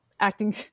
Acting